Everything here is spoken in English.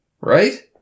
Right